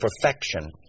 perfection